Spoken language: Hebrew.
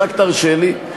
אם רק תרשה לי.